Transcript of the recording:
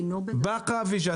באקה וג'ת.